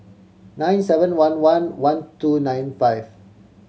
nine seven one one one two nine five